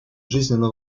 жизненно